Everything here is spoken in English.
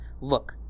Look